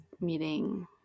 meeting